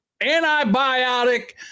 antibiotic